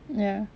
ya